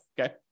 okay